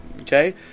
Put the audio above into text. Okay